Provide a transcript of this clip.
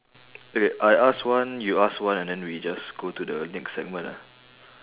eh wait I ask one you ask one and then we just go to the next segment ah